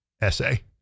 essay